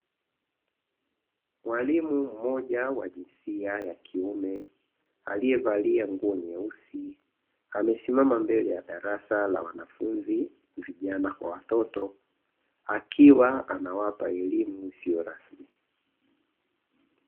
Mwalimu mmoja wa jinsia ya kiume aliyevalia nguo nyeusi, amesimama mbele ya darasa la wanafunzi vijana kwa watoto akiwa anawapa elimu isiyo rasmi.